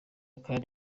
kandi